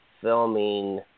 filming